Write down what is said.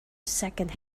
second